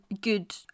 good